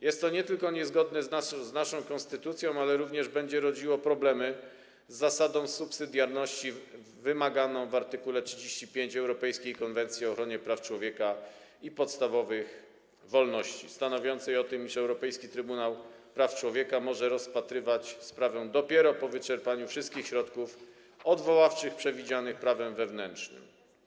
Jest to nie tylko niezgodne z naszą konstytucją, ale również będzie rodziło problemy związane z zasadą subsydiarności wymaganą w art. 35 Europejskiej konwencji o ochronie praw człowieka i podstawowych wolności stanowiącej o tym, iż Europejski Trybunał Praw Człowieka może rozpatrywać sprawę dopiero po wyczerpaniu wszystkich środków odwoławczych przewidzianych prawem wewnętrznym.